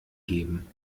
geben